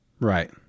Right